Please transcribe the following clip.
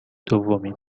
دومین